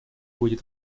будет